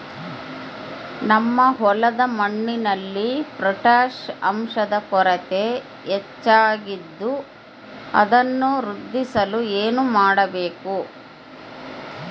ನಮ್ಮ ಹೊಲದ ಮಣ್ಣಿನಲ್ಲಿ ಪೊಟ್ಯಾಷ್ ಅಂಶದ ಕೊರತೆ ಹೆಚ್ಚಾಗಿದ್ದು ಅದನ್ನು ವೃದ್ಧಿಸಲು ಏನು ಮಾಡಬೇಕು?